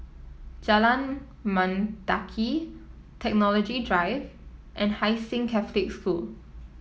Jalan Mendaki Technology Drive and Hai Sing Catholic School